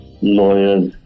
lawyers